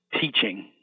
teaching